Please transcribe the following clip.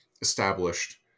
established